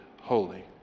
holy